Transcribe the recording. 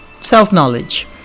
self-knowledge